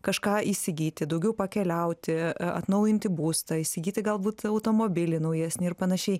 kažką įsigyti daugiau pakeliauti atnaujinti būstą įsigyti galbūt automobilį naujesnį ir panašiai